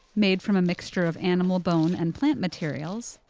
made from a mixture of animal bone and plant materials,